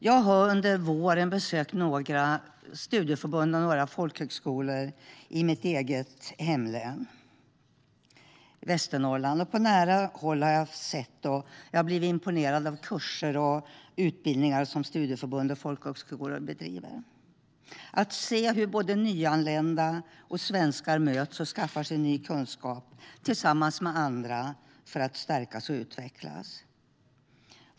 Jag har under våren besökt några studieförbund och folkhögskolor i mitt hemlän Västernorrland och på nära håll fått se och bli imponerad av kurser och utbildningar som de bedriver och se hur både nyanlända och svenskar möts och skaffar sig ny kunskap tillsammans med andra för att stärkas och utvecklas.